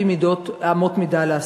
לפי אמות מידה.